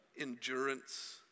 endurance